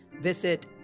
visit